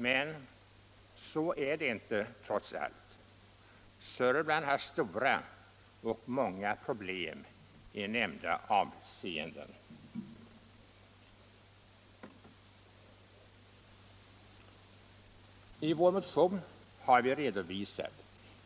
Men så väl beställt är det trots allt inte, Södermanland har stora och många problem i nämnda avseenden. I motionen 1715 har jag tillsammans med mina medmotionärer redovisat